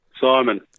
Simon